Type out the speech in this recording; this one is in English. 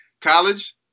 College